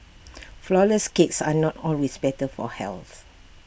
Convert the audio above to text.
Flourless Cakes are not always better for health